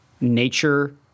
nature